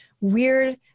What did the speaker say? weird